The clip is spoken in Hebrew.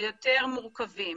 יותר מורכבים,